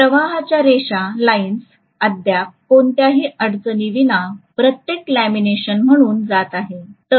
प्रवाहाच्या रेषा अद्याप कोणत्याही अडचणविना प्रत्येक लॅमिनेशनमधून जात आहेत